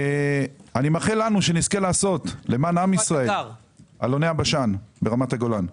אני גר באלוני הבשן ברמת הגולן.